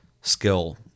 skill